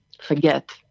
forget